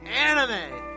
Anime